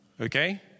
okay